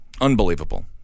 unbelievable